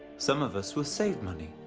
some of us will save money,